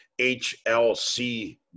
HLC